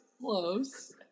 close